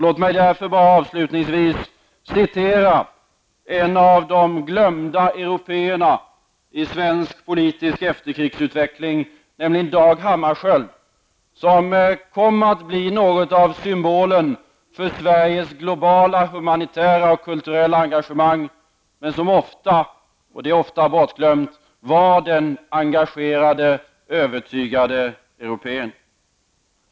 Låt mig därför avslutningsvis citera en av de glömda européerna i svensk politisk efterkrigsutveckling, Dag Hammarskjöld, som kom att bli något av en symbol för Sveriges globala, humanitära och kulturella engagemang. Han var, något som ofta glöms bort, en engagerad och övertygad europé.